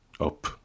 up